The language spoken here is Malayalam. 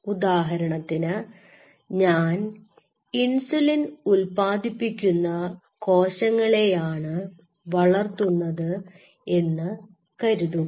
ഉദാഹരണത്തിന് ഞാൻ ഇൻസുലിൻ ഉല്പാദിപ്പിക്കുന്ന കോശങ്ങളെയാണ് വളർത്തുന്നത് എന്ന് കരുതുക